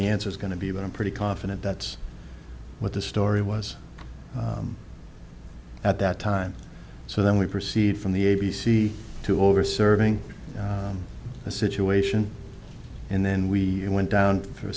the answer is going to be but i'm pretty confident that's what the story was at that time so then we proceed from the a b c to over serving the situation and then we went down